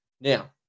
Now